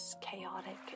Chaotic